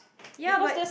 ya but